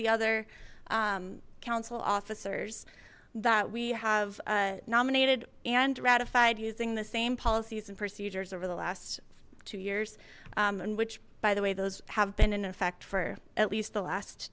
the other council officers that we have nominated and ratified using the same policies and procedures over the last two years in which by the way those have been in effect for at least the last